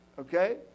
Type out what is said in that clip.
Okay